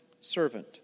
servant